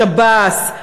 לשב"ס,